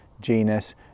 genus